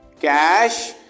cash